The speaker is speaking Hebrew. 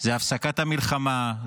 זה הפסקת המלחמה,